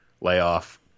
layoff